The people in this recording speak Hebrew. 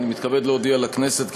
אני מתכבד להודיע לכנסת,